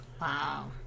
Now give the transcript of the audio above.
Wow